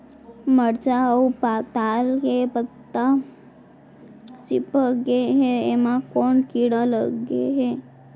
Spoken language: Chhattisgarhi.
मरचा अऊ पताल के पत्ता चिपक गे हे, एमा कोन कीड़ा लगे है?